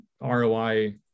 ROI